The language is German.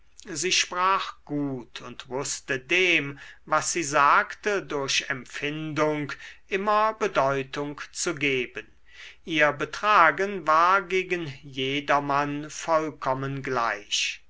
sie sprach gut und wußte dem was sie sagte durch empfindung immer bedeutung zu geben ihr betragen war gegen jedermann vollkommen gleich